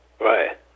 Right